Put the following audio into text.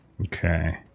okay